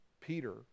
Peter